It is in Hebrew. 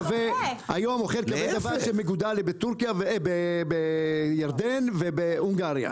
אוכל כבד אווז שמגודל בירדן ובהונגריה.